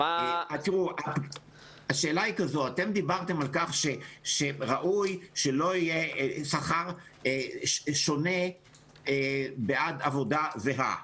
אתם דיברתם על כך שראוי שלא יהיה שכר שונה בעד עבודה זהה.